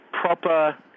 proper